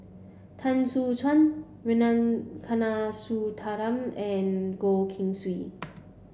Soon Chuan Rana Kanagasuntheram and Goh Keng Swee